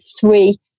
three